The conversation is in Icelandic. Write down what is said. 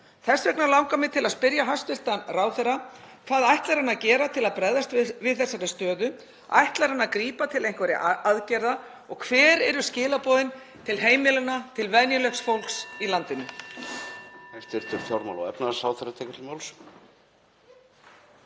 Þess vegna langar mig til að spyrja hæstv. ráðherra: Hvað ætlar hann að gera til að bregðast við þessari stöðu? Ætlar hann að grípa til einhverra aðgerða? Og hver eru skilaboðin til heimilanna, til venjulegs fólks í landinu?